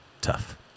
tough